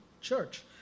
church